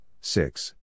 six